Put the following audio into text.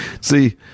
See